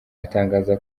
atangaza